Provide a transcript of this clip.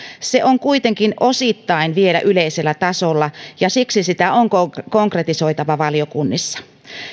se on kuitenkin osittain vielä yleisellä tasolla ja siksi sitä on konkretisoitava valiokunnissa